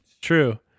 True